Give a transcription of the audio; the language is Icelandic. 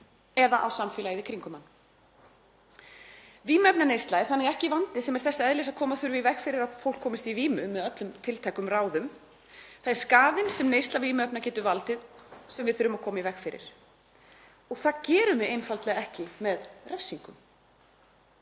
eða á samfélagið í kringum hann. Vímuefnaneysla er þannig ekki vandi sem er þess eðlis að koma þurfi í veg fyrir að fólk komist í vímu með öllum tiltækum ráðum, það er skaðinn sem neysla vímuefna getur valdið sem við þurfum að koma í veg fyrir. Það gerum við einfaldlega ekki með refsingum.